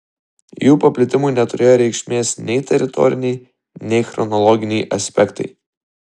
jų paplitimui neturėjo reikšmės nei teritoriniai nei chronologiniai aspektai